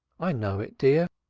i know it, dear,